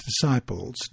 disciples